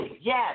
Yes